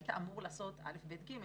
והיית אמור לעשות א', ב', ג'